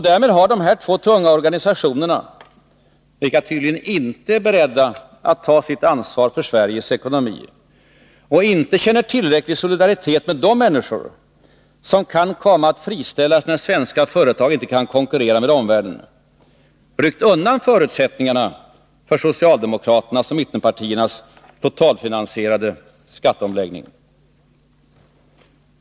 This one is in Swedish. Därmed har dessa två tunga organisationer, vilka tydligen inte är beredda att ta sitt ansvar för Sveriges ekonomi och inte känner tillräcklig solidaritet med de människor som kan komma att friställas när svenska företag inte kan konkurrera med omvärlden, ryckt undan förutsättningarna för socialdemokraternas och mittenpartiernas totalfinansierade skatteomläggning.